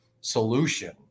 solution